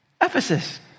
Ephesus